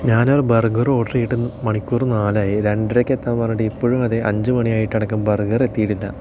ഞാൻ burger order ചെയ്തിട്ട് മണിക്കൂർ നാലായി രണ്ടരയ്ക്ക് എത്താമെന്ന് പറഞ്ഞിട്ട് ഇപ്പോഴും അതെ അഞ്ചു മണിയായിട്ട് അടക്കം ബർഗർ എത്തിയിട്ടില്ല